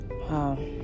Wow